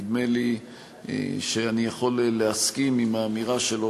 נדמה לי שאני יכול להסכים עם האמירה שלו